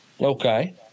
Okay